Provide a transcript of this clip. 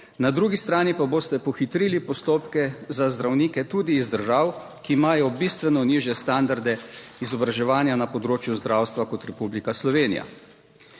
na drugi strani pa boste pohitrili postopke za zdravnike tudi iz držav, ki imajo bistveno nižje standarde izobraževanja na področju zdravstva kot Republika Slovenija.